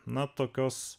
na tokios